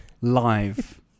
live